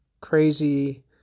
crazy